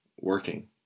working